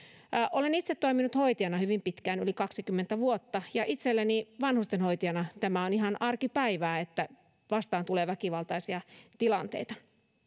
olen itse toiminut hoitajana hyvin pitkään yli kaksikymmentä vuotta ja itselleni vanhustenhoitajana tämä on ihan arkipäivää että vastaan tulee väkivaltaisia tilanteita